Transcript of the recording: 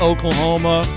Oklahoma